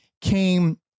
came